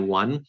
one